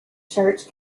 church